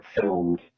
filmed